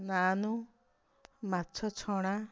ନାନ୍ ମାଛ ଛଣା